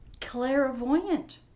Clairvoyant